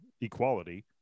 equality